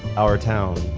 our town.